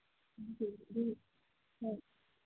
ꯍꯣꯏ